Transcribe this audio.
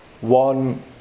one